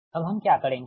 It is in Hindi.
अब हम क्या करेंगे